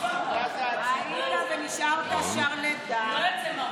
היית ונשארת שרלטן.